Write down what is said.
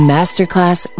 Masterclass